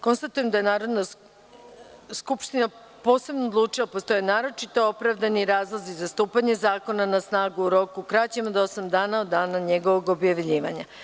Konstatujem da je Narodna skupština posebno odlučila da postoje naročito opravdani razlozi za stupanje zakona na snagu u roku kraćem od osam dana od dana njegovog objavljivanja.